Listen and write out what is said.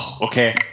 Okay